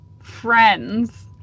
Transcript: friends